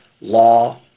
law